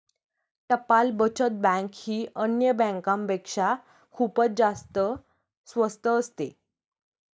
टपाल बचत बँक ही अन्य बँकांपेक्षा खूपच जास्त स्वस्त असते